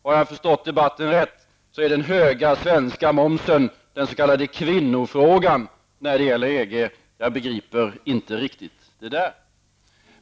Har jag förstått debatten rätt, är den höga svenska momsen den s.k. kvinnofrågan när det gäller EG. Jag begriper inte riktigt det där.